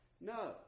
No